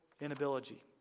inability